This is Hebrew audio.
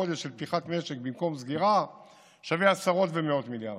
חודש של פתיחת משק במקום סגירה שווה עשרות ומאות מיליארדים.